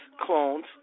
clones